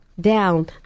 down